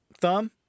thumb